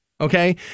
Okay